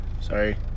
Sorry